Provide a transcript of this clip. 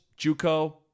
Juco